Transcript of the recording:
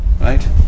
right